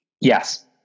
yes